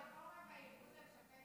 ברפורמה, על לשפץ בית?